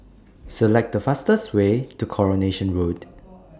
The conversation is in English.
Select The fastest Way to Coronation Road